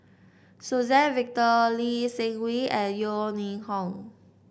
Suzann Victor Lee Seng Wee and Yeo Ning Hong